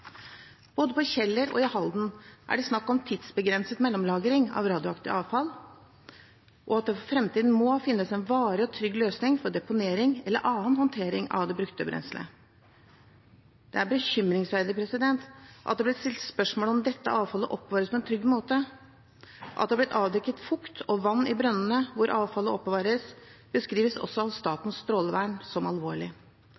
Både på Kjeller og i Halden er det snakk om tidsbegrenset mellomlagring av radioaktivt avfall, og at det for framtiden må finnes en varig og trygg løsning for deponering eller annen håndtering av det brukte brenselet. Det er bekymringsfullt at det er blitt stilt spørsmål ved om dette avfallet oppbevares på en trygg måte. At det har blitt avdekket fukt og vann i brønnene hvor avfallet oppbevares, beskrives også av